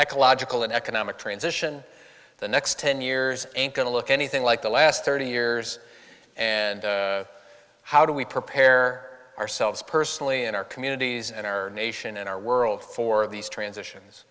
ecological and economic transition the next ten years ain't going to look anything like the last thirty years and how do we prepare ourselves personally in our communities and our nation and our world for these